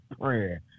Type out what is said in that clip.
prayer